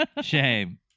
Shame